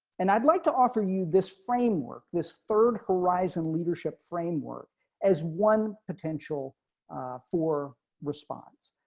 and i'd like to offer you this framework, this third horizon leadership framework as one potential for response.